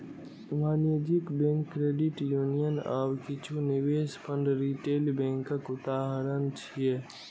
वाणिज्यिक bank, credit union आ किछु निवेश फंड रिटेल बैंकक उदाहरण छियै